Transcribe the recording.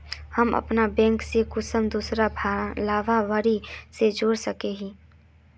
हम अपन बैंक से कुंसम दूसरा लाभारती के जोड़ सके हिय?